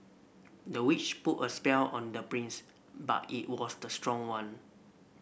the witch put a spell on their prince but it was the strong one